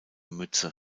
mütze